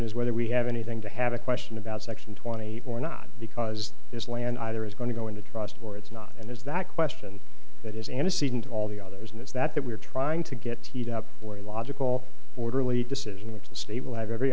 is whether we have anything to have a question about section twenty or not because this land either is going to go into trust or it's not and there's that question that is antecedent all the others and it's that that we're trying to get teed up for a logical orderly decision which the state will have every